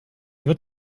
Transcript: wird